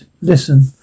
Listen